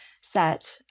SET